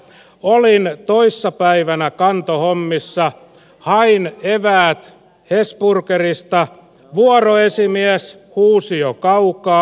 olin toissa päivänä kantohommissa hain eväät hesburgerista vuoroesimies huusi jo kaukaa